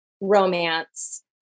romance